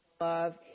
love